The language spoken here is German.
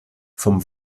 vom